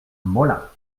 molain